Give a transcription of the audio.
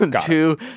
two